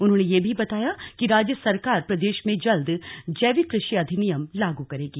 उन्होंने ये भी बताया कि राज्य सरकार प्रदेश में जल्द जैविक कृषि अधिनियम लागू करेगी